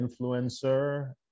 influencer